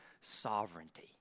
sovereignty